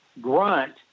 grunt